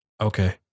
Okay